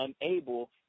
unable